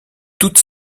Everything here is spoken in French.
toute